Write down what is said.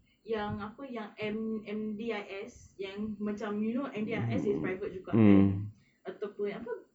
yang apa yang M M_D_I_S yang macam you know M_D_I_S is private juga kan ataupun apa